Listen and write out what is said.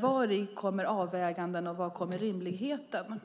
Vari kommer avväganden och rimligheten?